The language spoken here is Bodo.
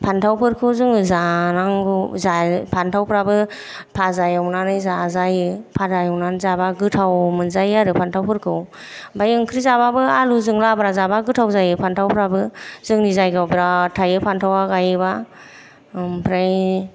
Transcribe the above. फान्थावफोरखौ जोङो जानांगौ जायो फान्थावफ्राबो फाजा एवनानै जाजायो फाजा एवनानै जाबा गोथाव मोनजायो आरो फान्थावफोरखौ ओमफ्राय ओंख्रि जाबाबो आलुजों लाब्रा जाबा गोथाव जायो फान्थावफ्राबो जोंनि जायगायाव बेराट थायो फान्थावा गायोबा ओमफ्राय